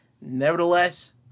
nevertheless